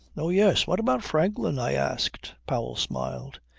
oh yes! what about franklin? i asked. powell smiled.